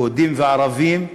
יהודים וערבים,